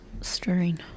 stirring